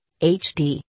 HD